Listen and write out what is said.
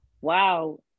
wow